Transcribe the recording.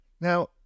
Now